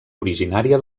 originària